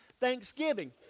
thanksgiving